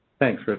thanks, rich.